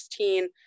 2016